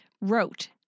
wrote